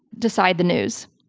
decide the news.